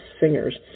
singers